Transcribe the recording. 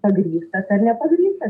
pagrįstas ar nepagrįstas